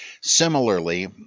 Similarly